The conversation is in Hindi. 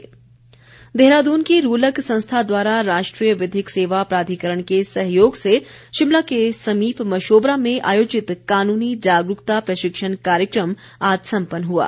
जागरूकता देहरादून की रूलक संस्था द्वारा राष्ट्रीय विधिक सेवा प्राधिकरण के सहयोग से शिमला के समीप मशोबरा में आयोजित कानूनी जागरूकता प्रशिक्षण कार्यक्रम आज सम्पन्न हुआ